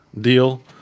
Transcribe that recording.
deal